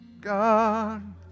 God